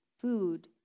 food